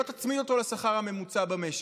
ולא תצמיד אותו לשכר הממוצע במשק.